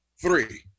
three